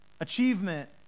achievement